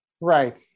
Right